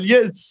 Yes